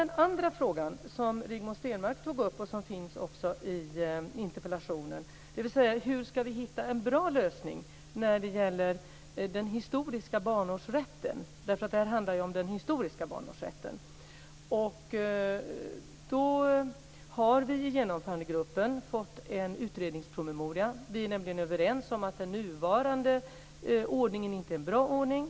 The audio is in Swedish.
Den andra fråga som Rigmor Stenmark tog upp och som också finns i interpellationen var hur vi ska hitta en bra lösning när det gäller den historiska barnårsrätten. Det här handlar ju om den historiska barnårsrätten. Vi har i Genomförandegruppen fått en utredningspromemoria. Vi är nämligen överens om att den nuvarande ordningen inte är en bra ordning.